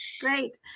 Great